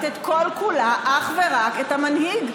ומשרתת כל-כולה אך ורק את המנהיג.